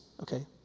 Okay